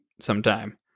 sometime